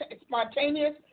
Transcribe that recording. spontaneous